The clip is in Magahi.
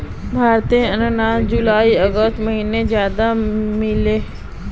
भारतोत अनानास जुलाई अगस्त महिनात ज्यादा मिलोह